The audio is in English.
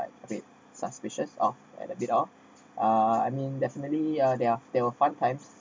a bit suspicious of and a bit of uh I mean definitely uh there there were fun times